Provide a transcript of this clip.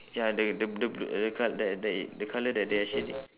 ya the the the the col~ the the the colour that they are shading